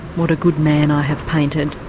what a good man i have painted'.